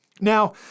Now